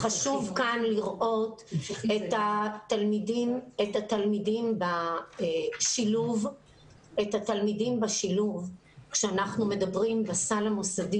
חשוב כאן לראות את התלמידים בשילוב כאשר אנחנו מדברים בסל המוסדי